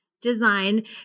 design